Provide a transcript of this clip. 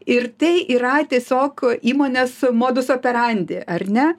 ir tai yra tiesiog įmonės modus operandi ar ne